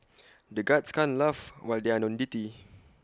the guards can't laugh when they are on duty